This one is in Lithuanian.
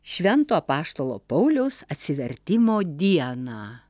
švento apaštalo pauliaus atsivertimo dieną